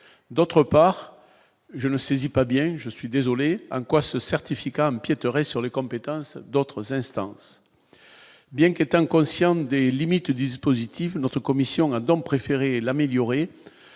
d'autre part je ne saisis pas bien, je suis désolé hein quoi ce certificat sur les compétences d'autres instances, bien qu'est inconsciente délimite dispositif notre commission a donc préféré l'améliorer